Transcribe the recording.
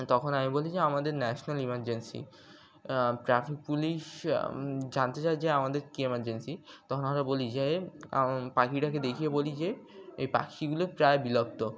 তখন আমি বলি যে আমাদের ন্যাশনাল ইমার্জেন্সি ট্রাফিক পুলিশ জানতে চাই যে আমাদের কী ইমার্জেন্সি তখন আমরা বলি যে পাখিটাকে দেখিয়ে বলি যে এই পাখিগুলো প্রায় বিলুপ্ত